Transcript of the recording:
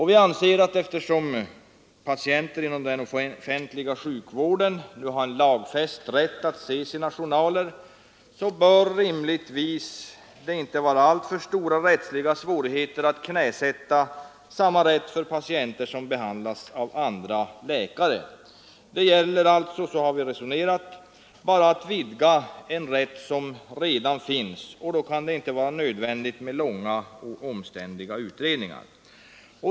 Vi anser att eftersom patienter inom den offentliga sjukvården nu har lagfäst rätt att se sina journaler, bör det rimligtvis inte vara alltför stora rättsliga svårigheter att knäsätta samma rätt för patienter som är behandlade av andra läkare. Det gäller alltså — så har vi resonerat — bara att vidga en rätt som redan finns, och då kan det inte vara nödvändigt med långa och omständliga utredningar.